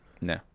No